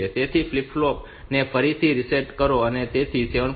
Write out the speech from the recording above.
તેથી flip flop ને ફરીથી સેટ કરો તેથી આ R 7